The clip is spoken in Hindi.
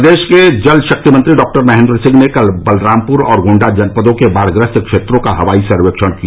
प्रदेश के जल शक्ति मंत्री डॉक्टर महेंद्र सिंह ने कल बलरामप्र और गोण्डा जनपदों के बाढग्रस्त क्षेत्रों का हवाई सर्वेक्षण किया